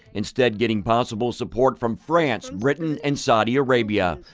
instead, getting possible support from france, britain, and saudi arabia.